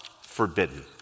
forbidden